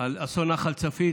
על אסון נחל צפית.